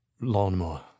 lawnmower